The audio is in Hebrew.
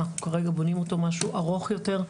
אנחנו כרגע בונים משהו ארוך יותר,